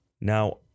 Now